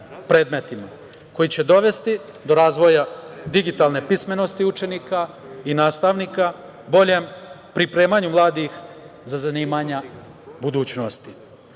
koji će dovesti do razvoja digitalne pismenosti učenika i nastavnika, boljem pripremanju mladih za zanimanja budućnosti. Projekat